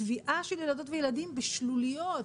טביעה של ילדות וילדים בשלוליות,